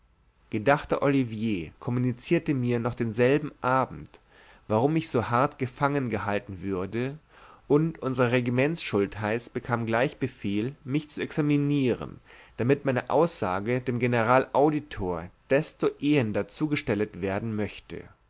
gedachter olivier kommunizierte mir noch denselbigen abend warum ich so hart gefangen gehalten würde und unser regimentsschultheiß bekam gleich befelch mich zu examinieren damit meine aussage dem generalauditor desto ehender zugestellet werden möchte